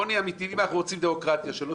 בואו נהיה אמיתיים אם אנחנו רוצים דמוקרטיה שלא